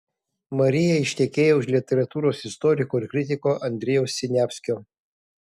marija ištekėjo už literatūros istoriko ir kritiko andrejaus siniavskio